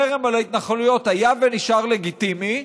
חרם על ההתנחלויות היה ונשאר לגיטימי,